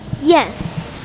Yes